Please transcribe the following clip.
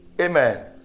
Amen